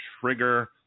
trigger